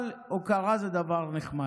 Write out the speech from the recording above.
אבל הוקרה זה דבר נחמד.